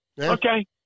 Okay